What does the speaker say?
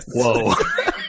whoa